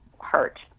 hurt